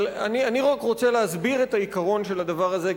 אני רק רוצה להסביר את העיקרון של הדבר הזה,